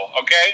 okay